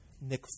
Nick